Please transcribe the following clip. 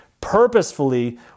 purposefully